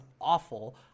awful